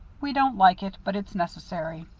we don't like it, but it's necessary.